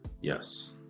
Yes